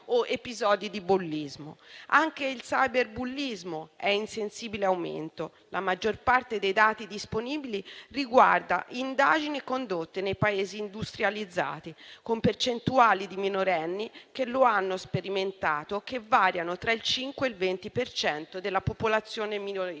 Anche il cyberbullismo è in sensibile aumento: la maggior parte dei dati disponibili riguarda indagini condotte nei Paesi industrializzati, con percentuali di minorenni che lo hanno sperimentato che variano tra il 5 e il 20 per cento della popolazione minorile.